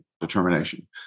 determination